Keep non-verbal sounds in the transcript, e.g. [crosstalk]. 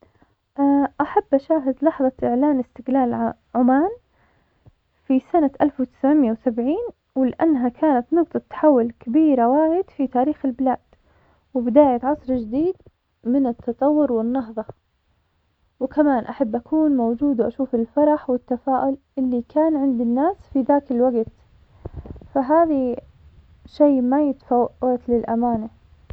أحب أشاهد لحظة استقلال عمان في سنة ألف وتسعمية وسبعين ولأنها كانت نقطة تحول كبيرة وايد في تاريخ البلاد, وبداية عصر جديد من التطور والنهضة, وكمان أحب أكون موجود وأشوف الفرح والتفاؤل اللي كان عند الناس في داك الوقت, فهذي شئ ما يتفوت للأمانة. [hesitation]